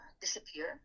disappear